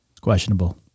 Questionable